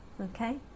Okay